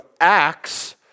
Acts